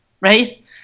right